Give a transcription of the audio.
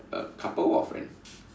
uh couple or friend